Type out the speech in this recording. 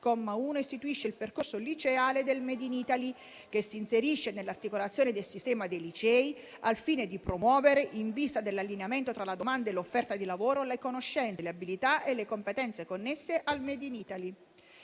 comma 1 istituisce il percorso liceale del *made in Italy,* che si inserisce nell'articolazione del sistema dei licei, al fine di promuovere, in vista dell'allineamento tra la domanda e l'offerta di lavoro, le conoscenze, le abilità e le competenze connesse al *made in Italy*.